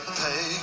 pay